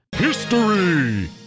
history